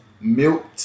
milk